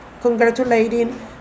congratulating